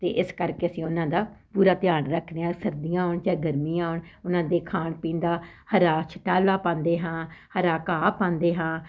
ਅਤੇ ਇਸ ਕਰਕੇ ਅਸੀਂ ਉਹਨਾਂ ਦਾ ਪੂਰਾ ਧਿਆਨ ਰੱਖਦੇ ਹਾਂ ਸਰਦੀਆਂ ਹੋਣ ਚਾਹੇ ਗਰਮੀਆਂ ਹੋਣ ਉਹਨਾਂ ਦੇ ਖਾਣ ਪੀਣ ਦਾ ਹਰਾ ਛਟਾਲਾ ਪਾਂਦੇ ਹਾਂ ਹਰਾ ਘਾਹ ਪਾਂਦੇ ਹਾਂ